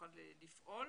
נוכל לפעול